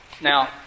Now